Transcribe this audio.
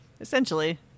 Essentially